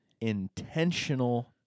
Intentional